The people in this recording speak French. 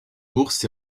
bourses